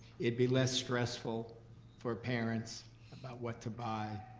it'd be less stressful for parents about what to buy.